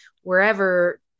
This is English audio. wherever